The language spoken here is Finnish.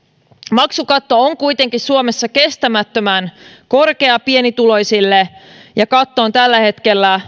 maksukatto on kuitenkin suomessa kestämättömän korkea pienituloisille vuosittainen maksukatto on tällä hetkellä